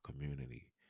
community